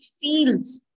feels